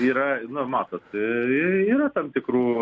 yra nu matot yra tam tikrų